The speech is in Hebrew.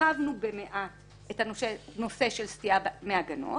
שהרחבנו במעט את הנושא של סטייה מהגנות,